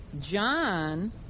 John